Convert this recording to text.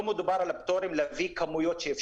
לא מדובר לפטורים כדי להביא כמויות.